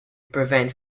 prevent